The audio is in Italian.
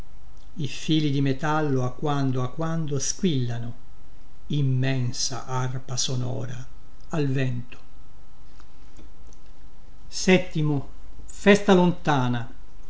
i fili di metallo a quando a quando squillano immensa arpa sonora al vento